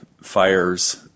fires